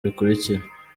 bikurikira